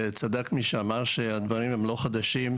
צדק מי שאמר שהדברים הם לא חדשים.